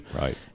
Right